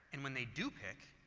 and when they do pick,